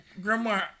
grandma